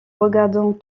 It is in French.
regardant